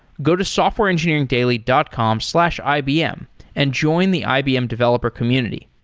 go to softwareengineeringdaily dot com slash ibm and join the ibm developer community.